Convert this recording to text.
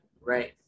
right